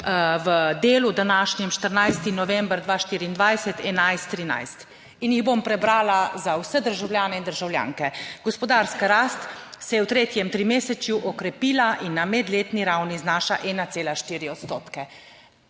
v Delu današnjem 14. november 2024 11.13, in jih bom prebrala za vse državljane in državljanke: Gospodarska rast se je v tretjem trimesečju okrepila in na medletni ravni znaša 1,4 odstotke.